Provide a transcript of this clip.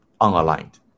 unaligned